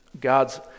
God's